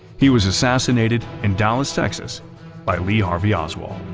he was assassinated in dallas, texas by lee harvey oswald.